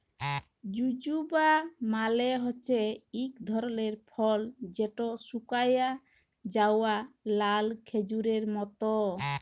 জুজুবা মালে হছে ইক ধরলের ফল যেট শুকাঁয় যাউয়া লাল খেজুরের মত